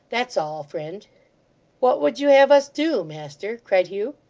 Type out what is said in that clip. that's all, friend what would you have us do, master cried hugh.